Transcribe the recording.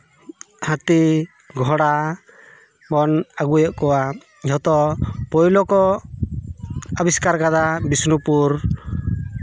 ᱦᱟᱹᱛᱤ ᱜᱷᱚᱲᱟ ᱵᱚᱱ ᱟᱹᱜᱩᱭᱮᱫ ᱠᱚᱣᱟ ᱡᱷᱚᱛᱚ ᱯᱳᱭᱞᱳ ᱠᱚ ᱟᱵᱤᱥᱠᱟᱨ ᱠᱟᱫᱟ ᱵᱤᱥᱱᱩᱯᱩᱨ